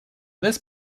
this